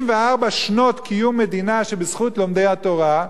שנות קיום המדינה שבזכות לומדי התורה,